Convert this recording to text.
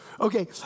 Okay